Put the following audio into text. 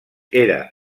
era